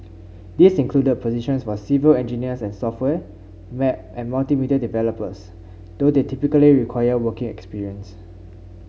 these included positions for civil engineers and software web and multimedia developers though they typically required working experience